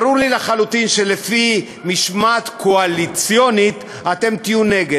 ברור לי לחלוטין שלפי משמעת קואליציונית אתם תהיו נגד.